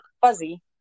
fuzzy